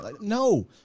No